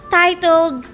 titled